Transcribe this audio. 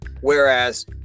Whereas